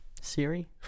Siri